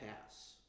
pass